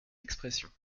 expressions